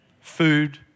food